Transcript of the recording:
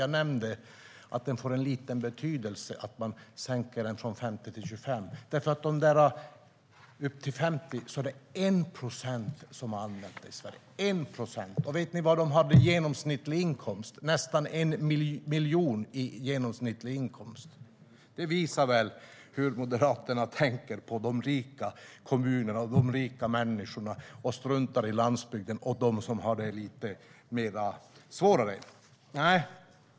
Jag nämnde att det får liten betydelse att det sänks från 50 000 kronor till 25 000. Det är 1 procent i Sverige som har använt avdraget upp till 50 000 - 1 procent. Och vet ni vilken genomsnittlig inkomst de har? Nästan 1 miljon. Det visar hur Moderaterna tänker på de rika kommunerna och de rika människorna och struntar i landsbygden och de som har det lite svårare.